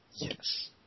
Yes